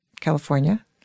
California